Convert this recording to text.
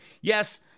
Yes